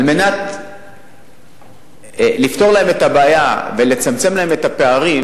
על מנת לפתור להם את הבעיה ולצמצם להם את הפערים,